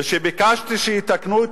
וכשביקשתי שיתקנו,